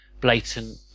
blatant